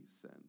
sin